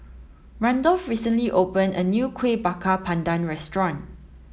Randolf recently open a new Kuih Bakar Pandan restaurant